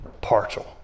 partial